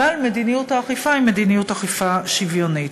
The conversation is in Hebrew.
אבל מדיניות האכיפה היא מדיניות אכיפה שוויונית.